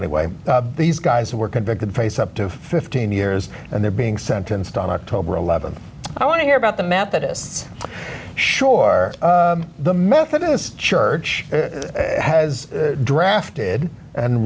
anyway these guys who were convicted face up to fifteen years and they're being sentenced on october th i want to hear about the methodists shore the methodist church has drafted and